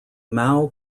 mao